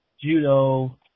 Judo